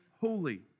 holy